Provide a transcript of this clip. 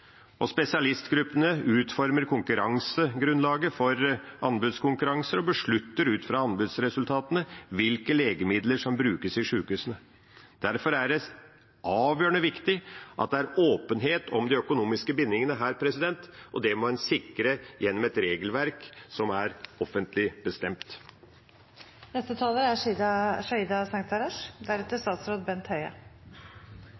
Spesialistgruppene utformer konkurransegrunnlaget for anbudskonkurranser og beslutter ut fra anbudsresultatene hvilke legemidler som brukes i sykehusene. Derfor er det avgjørende viktig at det er åpenhet om de økonomiske bindingene, og det må en sikre gjennom et regelverk som er offentlig